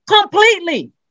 completely